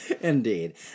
Indeed